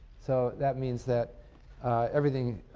so that means that everything